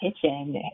kitchen